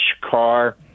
car